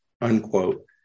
unquote